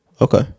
Okay